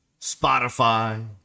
Spotify